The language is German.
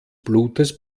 blutes